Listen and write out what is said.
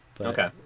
Okay